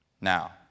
Now